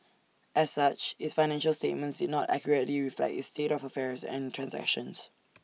as such its financial statements did not accurately reflect its state of affairs and transactions